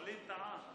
ווליד טעה.